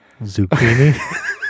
Zucchini